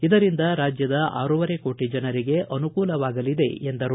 ಇದರಿಂದ ರಾಜ್ಯದ ಆರೂವರೆ ಕೋಟಿ ಜನರಿಗೆ ಅನುಕೂಲವಾಗಲಿದೆ ಎಂದರು